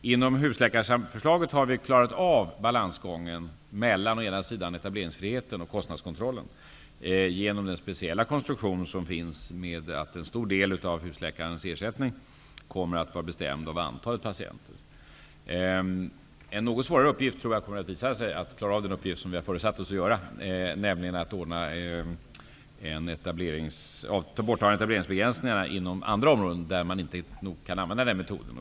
Jag tror dock att det kommer att visa sig vara något svårare att klara av den uppgift som vi har föresatt oss att klara av, nämligen att ta bort etableringsbegränsningarna inom andra områden där man inte kan använda denna metod.